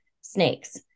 snakes